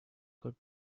could